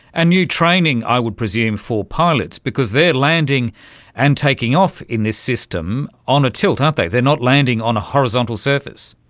a new training, i would presume, for pilots, because they are landing and taking off in this system on a tilt, aren't they, they're not landing on a horizontal surface.